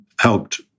helped